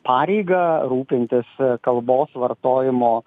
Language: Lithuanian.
pareigą rūpintis kalbos vartojimo